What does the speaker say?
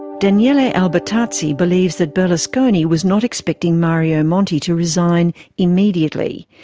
daniele albertazzi believes that berlusconi was not expecting mario monti to resign immediately.